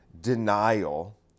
denial